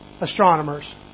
astronomers